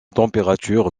température